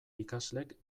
ikaslek